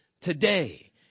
today